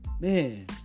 man